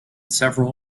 several